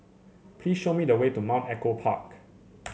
please show me the way to Mount Echo Park